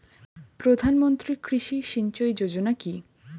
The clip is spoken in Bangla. প্রধানমন্ত্রী কৃষি সিঞ্চয়ী যোজনা কি?